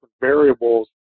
variables